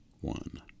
one